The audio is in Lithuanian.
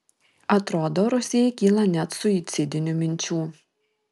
atrodo rusijai kyla net suicidinių minčių